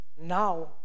now